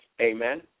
Amen